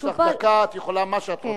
יש לך דקה, את יכולה מה שאת רוצה.